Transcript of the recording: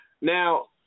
Now